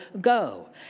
go